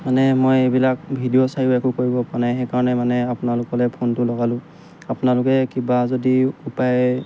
মানে মই এইবিলাক ভিডিঅ' চায়ো একো কৰিবপৰা নাই সেইকাৰণে মানে আপোনালোকলৈ ফোনটো লগালোঁ আপোনালোকে কিবা যদি উপায়